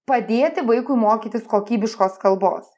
padėti vaikui mokytis kokybiškos kalbos